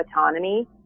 autonomy